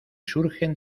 surgen